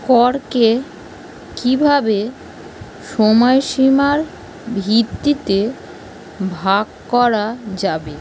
করকে কীভাবে সময়সীমার ভিত্তিতে ভাগ করা যাবে